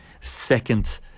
second